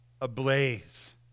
ablaze